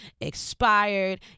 expired